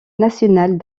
nationale